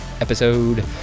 episode